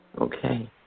Okay